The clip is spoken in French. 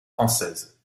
françaises